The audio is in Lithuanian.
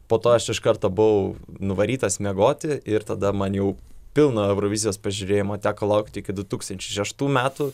po to aš iš karto buvau nuvarytas miegoti ir tada man jau pilno eurovizijos pažiūrėjimo teko laukti iki du tūkstančiai šeštų metų